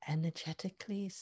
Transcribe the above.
energetically